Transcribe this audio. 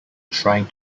trying